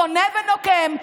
שונא ונוקם,